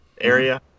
area